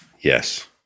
Yes